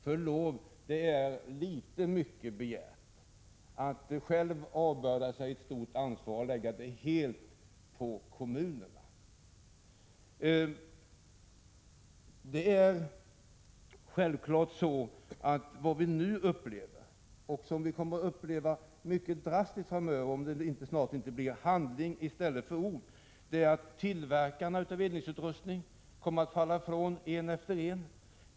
Det är med förlov sagt väl mycket begärt — man avbördar sig själv och lägger helt ansvaret på kommunerna. Det som vi mycket drastiskt kommer att få uppleva framöver, om vi inte snart får handling i stället för ord, är att tillverkarna av eldningsutrustning kommer att falla ifrån en efter en.